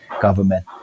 government